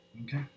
Okay